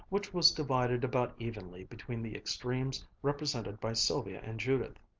which was divided about evenly between the extremes represented by sylvia and judith.